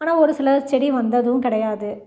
ஆனால் ஒரு சில செடி வந்ததும் கிடையாது